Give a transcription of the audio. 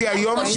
נכון.